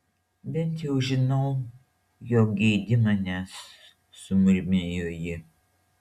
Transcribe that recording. bent jau žinau jog geidi manęs sumurmėjo ji